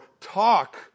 talk